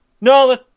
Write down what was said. no